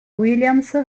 williams